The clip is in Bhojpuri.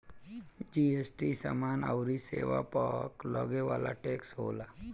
जी.एस.टी समाना अउरी सेवा पअ लगे वाला टेक्स होला